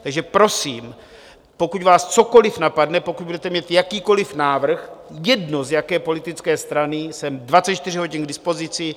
Tak že prosím, pokud vás cokoli napadne, pokud budete mít jakýkoli návrh, jedno z jaké politické strany, jsem 24 hodin k dispozici.